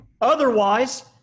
Otherwise